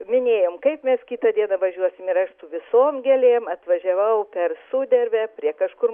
minėjom kaip mes kitą dieną važiuosim ir aš su visom gėlėm atvažiavau per sudervę prie kažkur